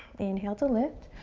inhale to lift.